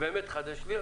ובאמת התחדש לי,